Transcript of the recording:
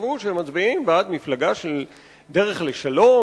חשבו שהם מצביעים בעד מפלגה של דרך לשלום,